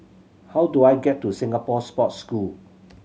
how do I get to Singapore Sports School